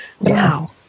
Wow